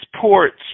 ports